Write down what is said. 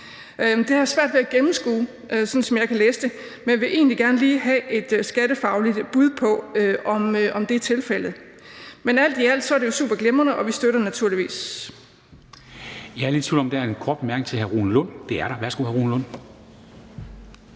Det har jeg svært ved at gennemskue, sådan som jeg læser det, men jeg vil egentlig gerne lige have et skattefagligt bud på, om det er tilfældet. Men alt i alt er det jo super glimrende, og vi støtter naturligvis